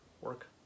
work